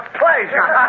pleasure